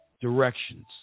directions